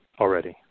already